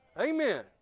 Amen